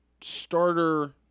starter